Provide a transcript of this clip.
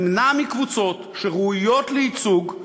ימנע מקבוצות שראויות לייצוג,